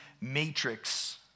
matrix